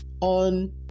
on